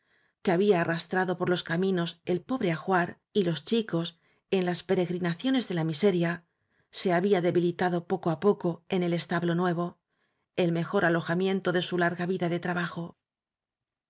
que había arrastrado por los caminos el pobre ajuar y los chicos en las peregrinaciones de la mise ria se había debilitado poco á poco en el es tablo nuevo el mejor alojamiento de su larga vida de trabajo